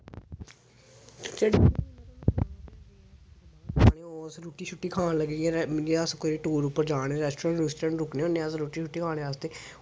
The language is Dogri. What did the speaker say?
ओह् अस रुट्टी खाने लग्गी पे अस कुदै टूर उप्पर जाने ते रेस्टोरेंट रुस्टरेंट तुप्पने होन्ने अस रुट्टी शुट्टी खाने आस्तै